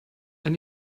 will